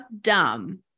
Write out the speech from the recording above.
dumb